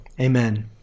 amen